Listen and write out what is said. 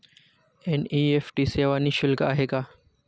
NEFT सेवा निःशुल्क आहे का?